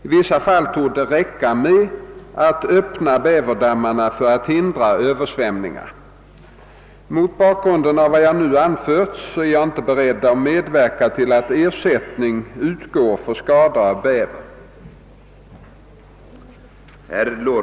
I vissa fall torde det räcka med att öppna bäverdammarna för att hindra översvämningar. Mot bakgrunden av vad jag nu anfört är jag inte beredd att medverka till att ersättning utgår för skador av bäver.